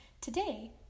Today